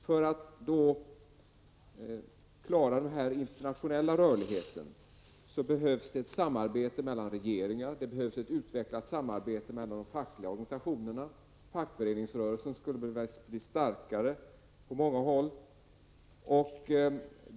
För att man skall kunna klara den internationella rörligheten behövs det ett utvecklat samarbete mellan regeringar och fackliga organisationer. Fackföreningsrörelserna skulle behöva bli starkare på många håll.